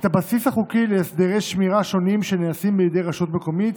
את הבסיס החוקי להסדרי שמירה שונים שנעשים בידי רשות מקומיות,